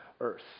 earth